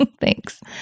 Thanks